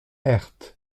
herth